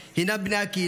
הינם בני הקהילה,